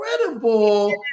incredible